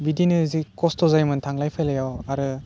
बिदिनो जि खस्थ' जायोमोन थांलाय फैलायाव आरो